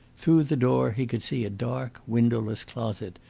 through the door he could see a dark, windowless closet,